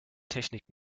technik